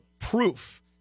proof